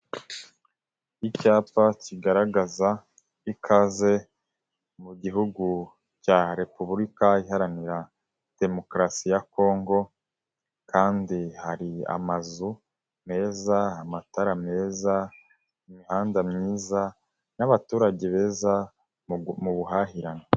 Icyapa kigaragaza ikaze mu gihugu cya Repubulika iharanira demokarasi ya Kongo kandi hari amazu meza, amatara meza, imihanda myiza n'abaturage beza mu buhahirane.